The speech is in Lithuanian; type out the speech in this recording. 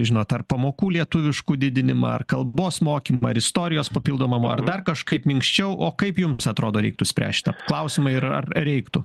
žinot tarp pamokų lietuviškų didinimą ar kalbos mokymą ar istorijos papildomam ar dar kažkaip minkščiau o kaip jums atrodo reiktų spręst šitą klausimą ir ar reiktų